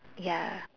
ya